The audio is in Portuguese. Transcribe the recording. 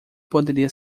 poderia